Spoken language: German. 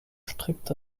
strikt